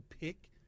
pick